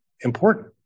important